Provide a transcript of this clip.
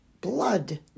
blood